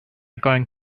going